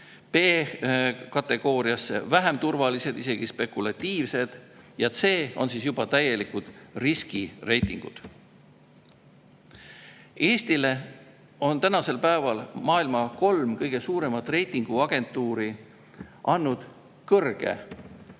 B‑kategooriasse vähem turvalised, isegi spekulatiivsed, ja C‑s on juba täielikud riskireitingud. Eestile on maailma kolm kõige suuremat reitinguagentuuri andnud kõrge reitingu.